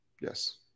Yes